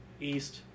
east